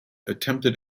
attempted